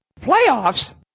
Playoffs